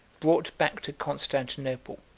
brought back to constantinople,